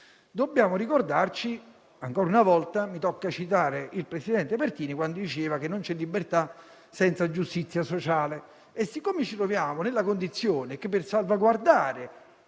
dobbiamo ricordarci di una cosa. Ancora una volta mi tocca citare il presidente Pertini, quando diceva che non c'è libertà senza giustizia sociale. Siccome ci troviamo nella condizione che per salvaguardare